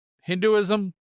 Hinduism